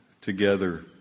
together